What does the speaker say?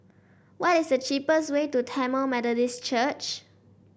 what is the cheapest way to Tamil Methodist Church